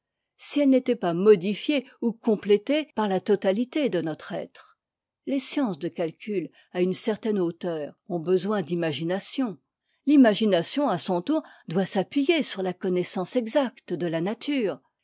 si elle n'était pas modifiée ou complétée par la totalité de notre être les sciences de calcul à une certaine hauteur ont besoin d'imagination l'imagination à son tour doit s'appuyer sur la connaissance exacte de la nature